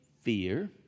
Fear